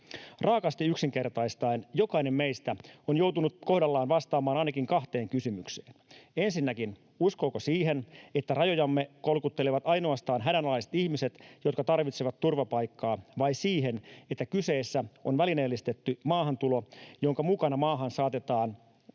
Raakasti yksinkertaistaen jokainen meistä on joutunut kohdallaan vastaamaan ainakin kahteen kysymykseen. Ensinnäkin, uskooko siihen, että rajojamme kolkuttelevat ainoastaan hädänalaiset ihmiset, jotka tarvitsevat turvapaikkaa, vai siihen, että kyseessä on välineellistetty maahantulo, jonka mukana maahan saatetaan